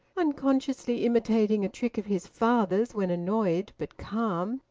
unconsciously imitating a trick of his father's when annoyed but calm,